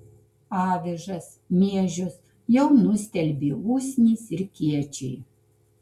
avižas miežius jau nustelbė usnys ir kiečiai